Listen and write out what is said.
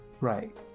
Right